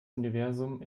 universum